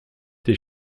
tes